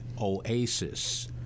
oasis